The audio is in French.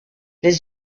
les